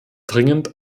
dringend